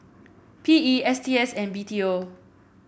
P E S T S and B T O